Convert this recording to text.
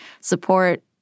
support